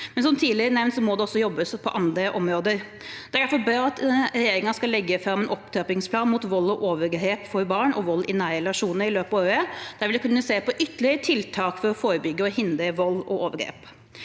men som tidligere nevnt må det også jobbes på andre områder. Regjeringen skal etter planen legge fram en opptrappingsplan mot vold og overgrep mot barn og vold i nære relasjoner i løpet av året. Der vil vi kunne se på ytterligere tiltak for å forebygge og hindre vold og overgrep.